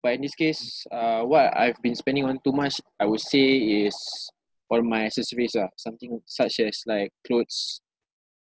but in this case uh what I've been spending on too much I would say is for my accessories ah something such as like clothes